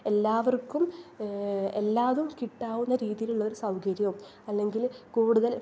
എല്ലാവർക്കും എല്ലാവർക്കും കിട്ടാവുന്ന രീതിയിലുള്ളൊരു സൗകര്യം അല്ലെങ്കിൽ കൂടുതൽ